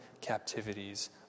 captivities